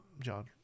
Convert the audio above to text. John